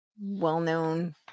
well-known